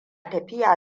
tafiya